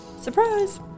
Surprise